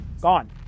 gone